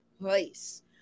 place